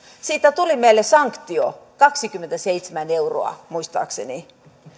siitä tuli meille sanktio kaksikymmentäseitsemän euroa muistaakseni